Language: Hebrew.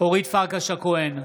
אורית פרקש הכהן,